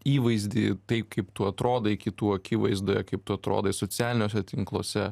įvaizdį taip kaip tu atrodai kitų akivaizdoje kaip tu atrodai socialiniuose tinkluose